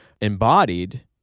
embodied